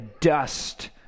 dust